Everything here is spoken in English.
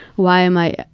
why am i,